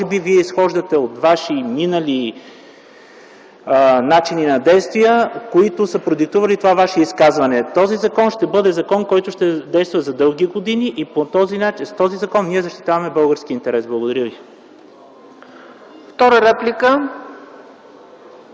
би вие изхождате от ваши минали начини на действия, които са продиктували това Ваше изказване. Този закон ще действа дълги години и по този начин, с този закон ние защитаваме българския интерес. Благодаря.